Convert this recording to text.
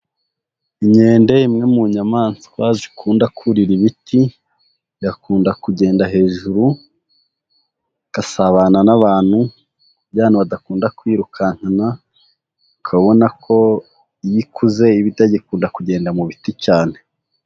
Inkende imwe mu nyamaswa zikunda kurira ibiti, igakunda kugenda hejuru, igasabana n'abantu, iyo abantu badakunda kuyirukankana, ukaba ubona ko iyo ikuze iba itagikunda kugenda mu biti cyane.